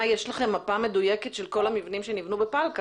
יש לכם מפה מדויקת של כל המבנים שנבנו בפלקל.